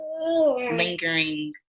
lingering